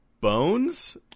bones